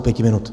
Pěti minut?